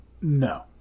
no